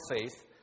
faith